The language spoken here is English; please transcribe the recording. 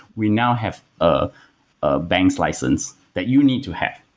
we now have a ah bank's license that you need to have.